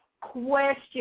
question